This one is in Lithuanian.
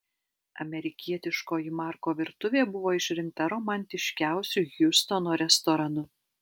amerikietiškoji marko virtuvė buvo išrinkta romantiškiausiu hjustono restoranu